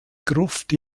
gruft